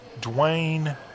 Dwayne